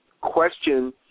question